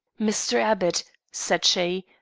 mr. abbott, said she,